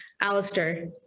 Alistair